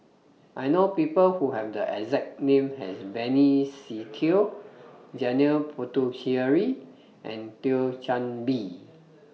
I know People Who Have The exact name as Benny Se Teo Janil Puthucheary and Thio Chan Bee